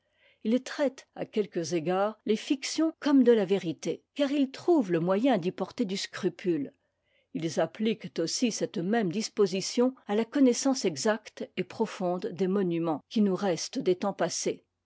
ils traitent à quelques égards les fictions comme de la vérité car ils trouvent le moyen d'y porter du scrupule ils appliquent aussi cette même disposition à la connaissance exacte et profonde des monuments qui nous restent des temps passés